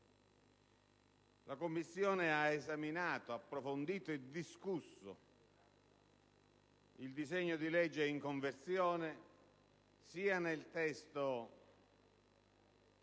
La Commissione ha esaminato, approfondito e discusso il provvedimento in conversione, sia nel testo